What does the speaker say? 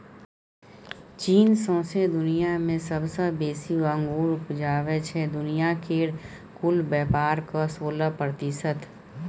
चीन सौंसे दुनियाँ मे सबसँ बेसी अंगुर उपजाबै छै दुनिया केर कुल बेपारक सोलह प्रतिशत